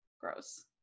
gross